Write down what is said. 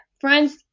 friends